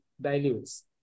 dilutes